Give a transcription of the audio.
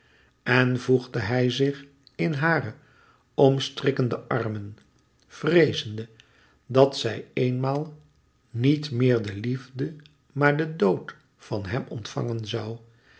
en voegde hij zich in hare omstrikkende armen vreezende dat zij eenmaal nièt meer de liefde maar den dood van hem ontvangen zoû